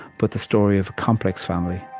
but the story of complex family